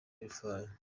y’urufaya